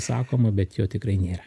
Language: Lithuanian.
sakoma bet jo tikrai nėra